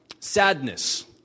Sadness